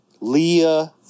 Leah